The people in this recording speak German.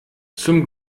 zum